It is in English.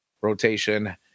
rotation